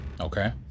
Okay